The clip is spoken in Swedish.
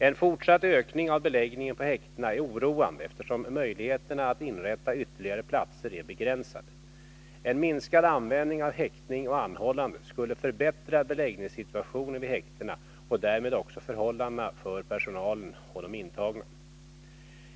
En fortsatt ökning av beläggningen på häktena är oroande, eftersom möjligheterna att inrätta ytterligare platser är begränsade. En minskad användning av häktning och anhållande skulle förbättra beläggningssituationen vid häktena och därmed också förhållandena för personalen och de intagna.